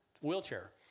wheelchair